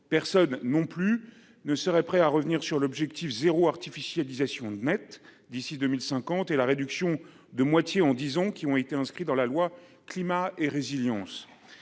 Personne non plus ne serait prêt à revenir sur l'objectif zéro artificialisation nette d'ici 2050 et la réduction de moitié en disons qui ont été inscrits dans la loi climat et résilience.